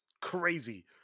crazy